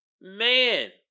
Man